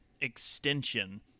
extension